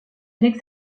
avec